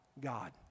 God